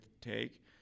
take